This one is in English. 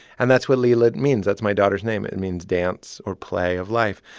and that's what lila means. that's my daughter's name. it and means dance or play of life.